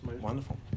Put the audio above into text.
wonderful